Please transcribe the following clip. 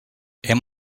hem